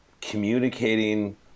communicating